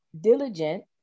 diligent